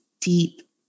deep